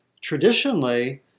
traditionally